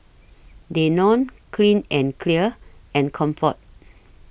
Danone Clean and Clear and Comfort